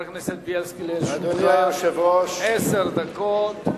חבר הכנסת בילסקי, לרשותך עשר דקות.